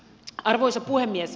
arvoisa puhemies